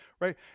right